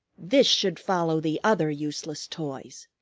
this should follow the other useless toys.